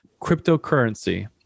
cryptocurrency